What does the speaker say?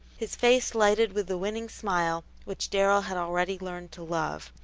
his face lighted with the winning smile which darrell had already learned to love.